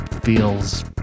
Feels